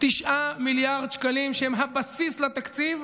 9 מיליארד שקלים, שהם הבסיס לתקציב,